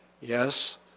Yes